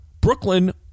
Brooklyn